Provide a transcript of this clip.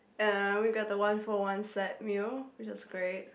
uh we got the one for one set meal which was great